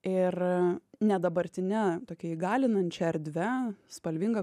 ir ne dabartine tokia įgalinančia erdve spalvinga